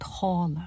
taller